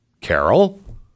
Carol